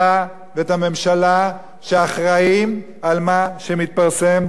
שאחראים למה שמתפרסם בכל העניין הביטחוני.